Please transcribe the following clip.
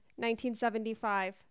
1975